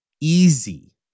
easy